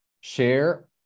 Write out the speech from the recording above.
share